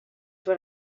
what